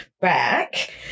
back